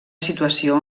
situació